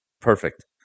perfect